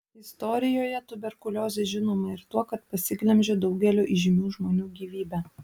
istorijoje tuberkuliozė žinoma ir tuo kad pasiglemžė daugelio įžymių žmonių gyvybę